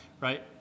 right